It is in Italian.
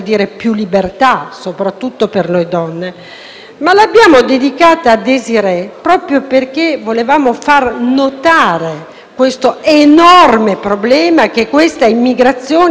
questa giornata a Desirée proprio perché volevamo far notare l'enorme problema che l'immigrazione incontrollata ha portato nella nostra nazione.